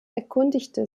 erkundigte